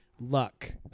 luck